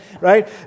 right